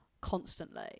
constantly